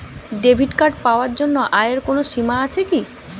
Debit card পাওয়ার জন্য আয়ের কোনো সীমা আছে কি?